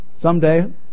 someday